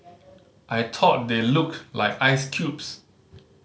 I thought they looked like ice cubes